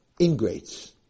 ingrates